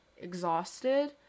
exhausted